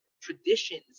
traditions